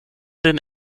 den